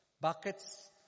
Buckets